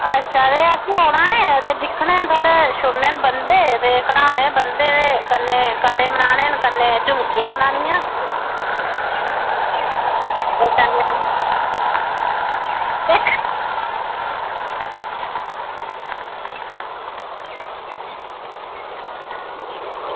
अच्छा ते असें औना ऐ ते दिक्खने ते थोह्ड़े छुड़ने न बन्धे ते कढाने बन्धे में कड़े बनाने ते कन्नै झुमकियां बनानियां